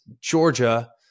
Georgia